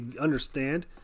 understand